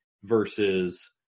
versus